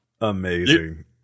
amazing